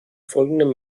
folgenden